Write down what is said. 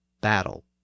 battle